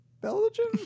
Belgium